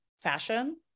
fashion